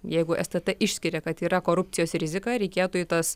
jeigu stt išskiria kad yra korupcijos rizika reikėtų į tas